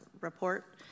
report